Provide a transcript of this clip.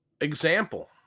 Example